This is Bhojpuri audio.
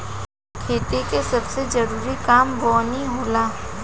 खेती के सबसे जरूरी काम बोअनी होला